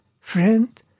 friend